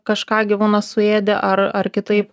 kažką gyvūnas suėdė ar ar kitaip